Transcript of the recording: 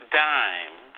dime